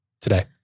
today